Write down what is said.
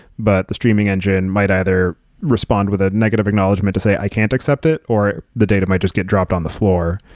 but the streaming engine might either respond with a negative acknowledgment to say, i can't accept it, or the data might just get dropped on the floor.